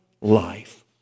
life